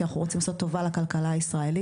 כי אנחנו רוצים לעשות טובה לכלכלה הישראלית.